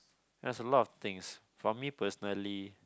there's a lot of things for me personally